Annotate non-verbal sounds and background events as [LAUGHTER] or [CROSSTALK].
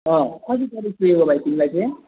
अँ कति [UNINTELLIGIBLE] तिमीलाई चाहिँ